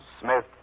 Smith